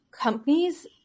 companies